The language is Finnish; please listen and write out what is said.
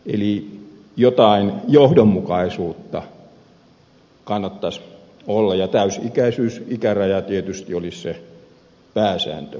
eli jotain johdonmukaisuutta kannattaisi olla ja täysi ikäisyysraja tietysti olisi se pääsääntö